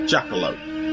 Jackalope